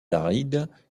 arides